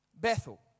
Bethel